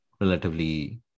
relatively